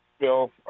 bill